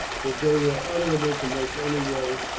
that they were unable to make any way,